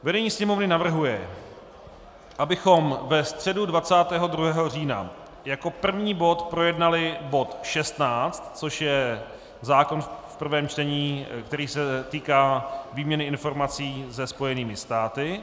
Vedení Sněmovny navrhuje, abychom ve středu 22. října jako první bod projednali bod 16, což je zákon v prvém čtení, který se týká výměny informací se Spojenými státy.